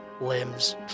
Limbs